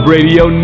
Radio